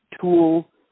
Tool